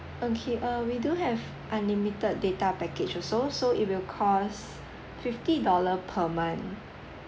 okay err we do have unlimited data package also so it will cost fifty dollars per month